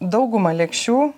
dauguma lėkščių